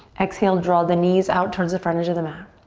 exhale, draw the knees out towards the front edge of the mat.